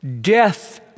death